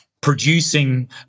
producing